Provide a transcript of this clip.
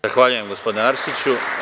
Zahvaljujem gospodine Arsiću.